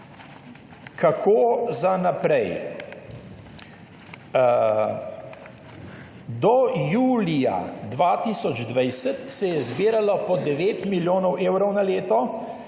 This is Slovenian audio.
kako gre naprej. Do julija 2020 se je zbiralo po 9 milijonov evrov na leto.